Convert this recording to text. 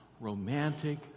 romantic